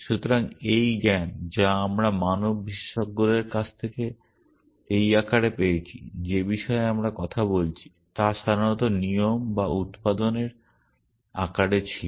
সুতরাং এই জ্ঞান যা আমরা মানব বিশেষজ্ঞদের কাছ থেকে এই আকারে পেয়েছি যে বিষয়ে আমরা কথা বলছি তা সাধারণত নিয়ম বা উত্পাদনের আকারে ছিল